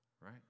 right